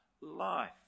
life